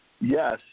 Yes